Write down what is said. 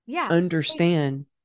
understand